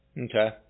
Okay